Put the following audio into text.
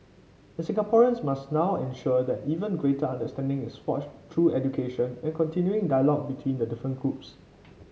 and Singaporeans must now ensure that even greater understanding is forged through education and continuing dialogue between the different groups